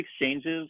exchanges